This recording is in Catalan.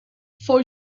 fou